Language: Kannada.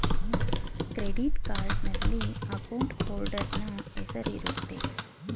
ಕ್ರೆಡಿಟ್ ಕಾರ್ಡ್ನಲ್ಲಿ ಅಕೌಂಟ್ ಹೋಲ್ಡರ್ ನ ಹೆಸರಿರುತ್ತೆ